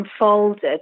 unfolded